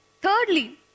Thirdly